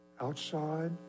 outside